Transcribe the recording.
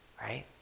right